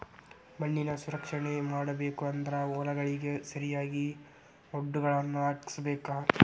ಮಣ್ಣಿನ ಸಂರಕ್ಷಣೆ ಮಾಡಬೇಕು ಅಂದ್ರ ಹೊಲಗಳಿಗೆ ಸರಿಯಾಗಿ ವಡ್ಡುಗಳನ್ನಾ ಹಾಕ್ಸಬೇಕ